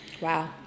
Wow